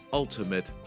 ultimate